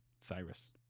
cyrus